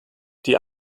die